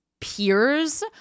peers